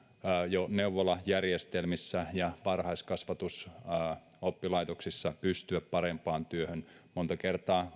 jo neuvolajärjestelmissä ja varhaiskasvatusoppilaitoksissa pystyä parempaan työhön monta kertaa